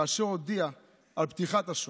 כאשר הודיע על פתיחת השואה: